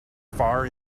far